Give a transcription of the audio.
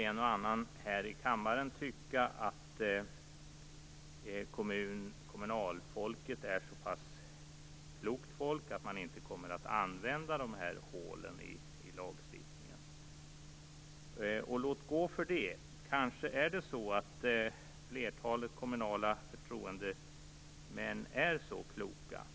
En och annan i denna kammare kan tycka att kommunalfolket är ett så pass klokt folk att de här hålen i lagstiftningen inte kommer att användas. Låt gå för det! Kanske är flertalet kommunala förtroendemän så kloka.